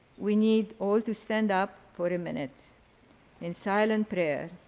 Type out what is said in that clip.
we need all to stand up for a minute in silent prayer